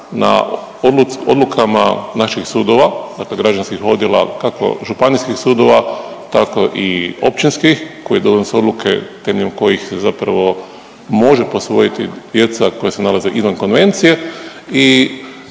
na odlukama naših sudova, dakle građanskih odjela, kako županijskih sudova, tako i općinskih koji donose odluke temeljem kojih zapravo može posvojiti djeca koja se nalaze izvan Konvencije